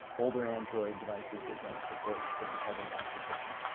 older android devices that don't support certain hardware-backed encryption.